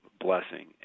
blessing